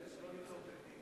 כדי שלא ליצור תקדים.